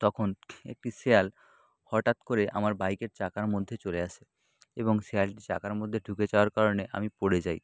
তখন একটি শেয়াল হঠাৎ করে আমার বাইকের চাকার মধ্যে চলে আসে এবং শেয়ালটি চাকার মধ্যে ঢুকে যাওয়ার কারণে আমি পড়ে যাই